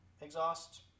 exhaust